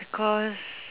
because